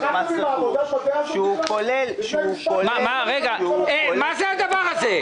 מס רכוש ------ מה הדבר הזה?